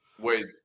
Wait